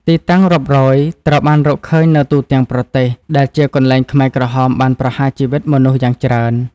ទីតាំងរាប់រយត្រូវបានរកឃើញនៅទូទាំងប្រទេស ដែលជាកន្លែងខ្មែរក្រហមបានប្រហារជីវិតមនុស្សយ៉ាងច្រើន។